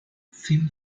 sim